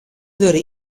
wurde